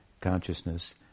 consciousness